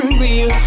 real